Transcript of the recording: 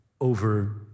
over